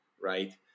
Right